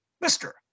Mister